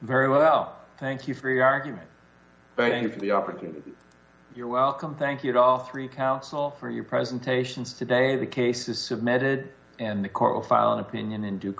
very well thank you for your argument thanks for the opportunity you're welcome thank you to all three counsel for your presentation today the case is submitted and the court file an opinion in d